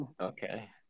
Okay